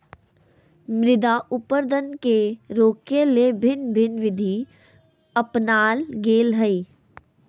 मृदा अपरदन के रोकय ले भिन्न भिन्न विधि अपनाल गेल हइ